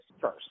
first